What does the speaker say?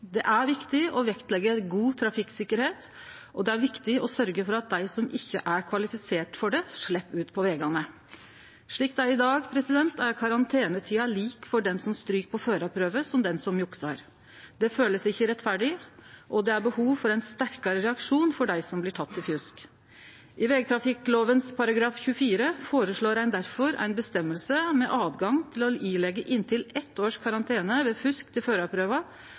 Det er viktig å leggje vekt på god trafikksikkerheit, og det er viktig å sørgje for at dei som ikkje er kvalifiserte for det, ikkje slepp ut på vegane. Slik det er i dag, er karantenetida lik for den som stryk på førarprøven, og for den som juksar. Det kjennest ikkje rettferdig, og det er behov for ein sterkare reaksjon for dei som blir tekne for fusk. I vegtrafikkloven § 24 føreslår ein difor ei føresegn med tilgang til å døme til inntil eitt års karantene ved fusk til førarprøva,